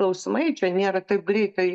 klausimai čia nėra taip greitai